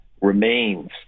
remains